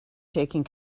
taking